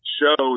show